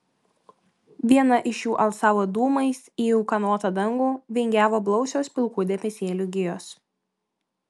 viena iš jų alsavo dūmais į ūkanotą dangų vingiavo blausios pilkų debesėlių gijos